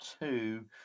two